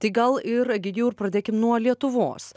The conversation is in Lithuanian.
tai gal ir egidijau ir pradėkim nuo lietuvos